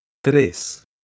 tres